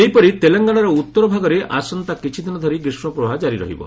ସେହିପରି ତେଲଙ୍ଗାନାର ଉତ୍ତର ଭାଗରେ ଆସନ୍ତା କିଛିଦିନ ଧରି ଗ୍ରୀଷ୍କପ୍ରବାହ କ୍କାରି ରହିବ